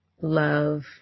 love